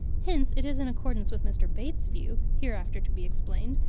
hence it is in accordance with mr. bates' view, hereafter to be explained,